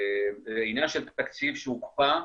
זה עניין של תקציב שהוקפא,